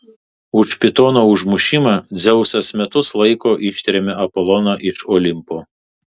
už pitono užmušimą dzeusas metus laiko ištrėmė apoloną iš olimpo